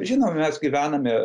žinoma mes gyvename